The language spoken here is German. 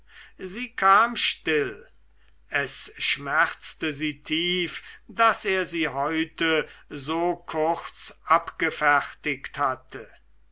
sie kam still es schmerzte sie tief daß er sie heute so kurz abgefertigt hatte